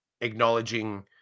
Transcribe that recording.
acknowledging